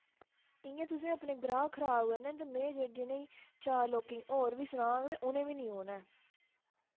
इ'यां तुसें अपने ग्राह्क खराब करने निं ते में जिनेंगी चार लोकें होर बी सनाङ ते उनें बी निं औना ऐ